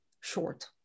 short